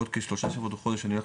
בעוד כשלושה שבועות או חודש אני הולך